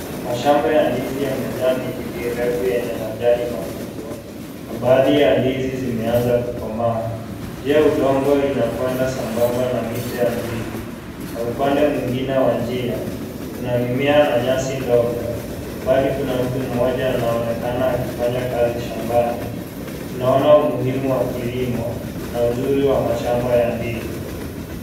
Mashamba ya ndizi yamejaa miti mirefu yenye majani makubwa, na baadhi ya ndizi zimeanza kukomaa. Njia ya udongo inakwenda sambamba na miche ya ndizi. Na upande mwingine wa njia kuna mimea na nyasi ndogo, mbali kuna mtu mmoja anaonekana akifanya kazi shambani. Tunaona umuhimu wa kilimo, na uzuri wa mashamba ya ndizi.